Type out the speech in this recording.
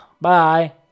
bye